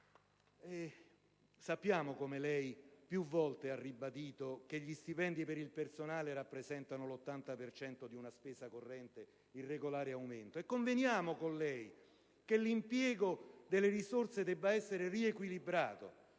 Sappiamo, come lei più volte ha ribadito, che gli stipendi per il personale rappresentano l'80 per cento di una spesa corrente in regolare aumento e conveniamo con lei che l'impiego delle risorse debba essere riequilibrato.